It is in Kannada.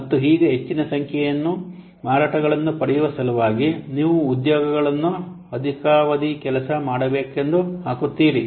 ಮತ್ತು ಈಗ ಹೆಚ್ಚಿನ ಸಂಖ್ಯೆಯ ಮಾರಾಟಗಳನ್ನು ಪಡೆಯುವ ಸಲುವಾಗಿ ನೀವು ಉದ್ಯೋಗಿಗಳನ್ನು ಅಧಿಕಾವಧಿ ಕೆಲಸ ಮಾಡಬೇಕೆಂದು ಹಾಕುತ್ತೀರಿ